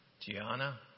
Gianna